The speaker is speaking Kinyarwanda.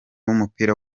w’umupira